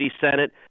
Senate